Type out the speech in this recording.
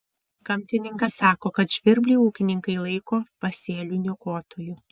gamtininkas sako kad žvirblį ūkininkai laiko pasėlių niokotoju